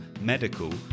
medical